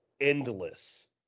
endless